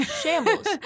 shambles